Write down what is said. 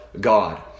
God